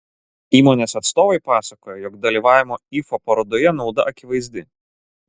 įmonės atstovai pasakoja jog dalyvavimo ifa parodoje nauda akivaizdi